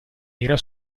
era